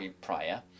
prior